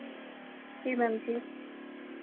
जी ma'am जी